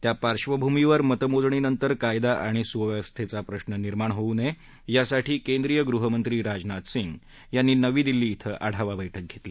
त्या पार्वभूमीवर मतमोजणीनंतर कायदा आणि सुव्यवस्थेचा प्रश्न निर्माण होऊ नये यासाठी केंद्रीय गृहमंत्री राजनाथ सिंग यांनी नवी दिल्ली इथं आढावा बैठक घेतली